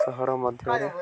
ସହର ମଧ୍ୟରେ